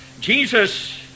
Jesus